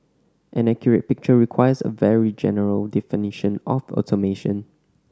an accurate picture requires a very general definition of automation